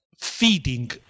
feeding